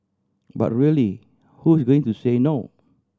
but really who is going to say no